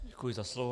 Děkuji za slovo.